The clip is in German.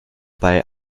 bei